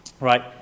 right